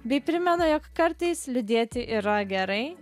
bei primena jog kartais liūdėti yra gerai